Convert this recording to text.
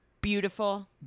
beautiful